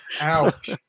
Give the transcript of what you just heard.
ouch